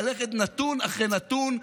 ללכת נתון אחרי נתון,